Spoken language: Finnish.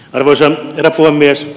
arvoisa herra puhemies